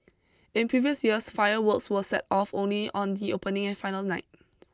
in previous years fireworks were set off only on the opening and final nights